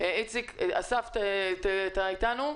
אתה איתנו?